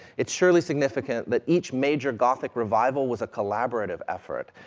it's surely significant that each major gothic revival was a collaborative effort,